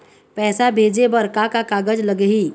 पैसा भेजे बर का का कागज लगही?